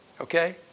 Okay